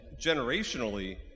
generationally